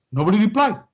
nobody replied.